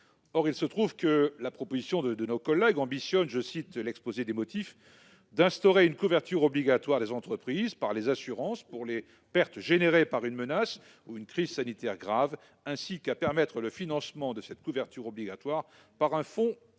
Or, il se trouve que la proposition de nos collègues ambitionne, selon l'exposé des motifs, d'« instaurer une couverture obligatoire des entreprises par les assurances pour les pertes générées par une menace ou une crise sanitaire grave », mais aussi « de permettre le financement de cette couverture obligatoire par un fonds